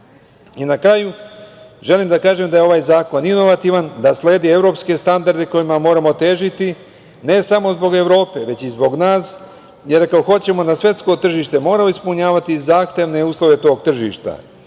kraju, želim da kažem da je ovaj zakon inovativan, da sledi evropske standarde kojima moramo težiti, ne samo zbog Evrope, već i zbog nas, jer ako hoćemo na svetsko tržište moramo ispunjavati zahtevne uslove tog tržišta. Zakon